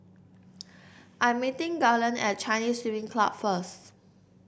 I'm meeting Garland at Chinese Swimming Club first